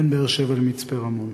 בין באר-שבע למצפה-רמון.